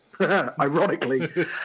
ironically